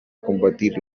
combatir